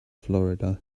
florida